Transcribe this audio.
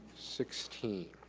sixteen.